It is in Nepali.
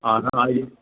अहिले